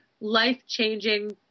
life-changing